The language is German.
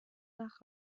nach